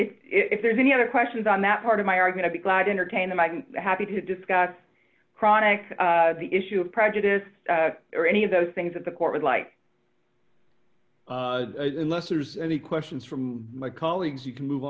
if there's any other questions on that part of my are going to be glad entertain them i happy to discuss cronic the issue of prejudice or any of those things that the court would like unless there's any questions from my colleagues you can move